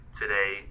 today